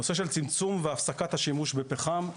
נושא של צמצום והפסקת השימוש בפחם,